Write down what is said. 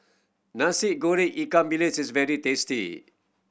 Nasi Goreng ikan bilis is very tasty